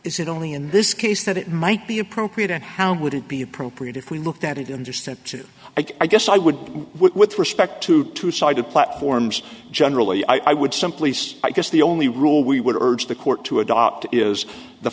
is it only in this case that it might be appropriate and how would it be appropriate if we looked at it in the step two i guess i would with respect to two sided platforms generally i would simply say i guess the only rule we would urge the court to adopt is the